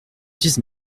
dix